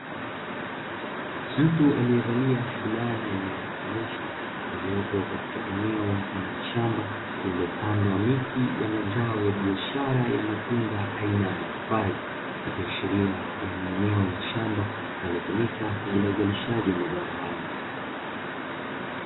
Mtu aliyevalia fulana yenye rangi nyeusi aliyopo katika eneo mfano wa shamba lililopandwa miti ya mazao ya biashara ya matunda aina ya mapapai ikiashiria kuwa ni eneo la shamba linalotumika kwa ajili ya uzalishaji wa mazao hayo.